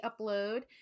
upload